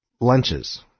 Lunches